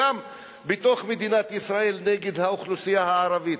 גם בתוך מדינת ישראל נגד האוכלוסייה הערבית